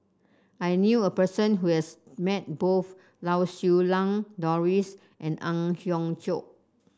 I knew a person who has met both Lau Siew Lang Doris and Ang Hiong Chiok